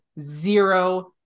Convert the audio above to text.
zero